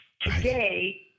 Today